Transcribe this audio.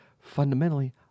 fundamentally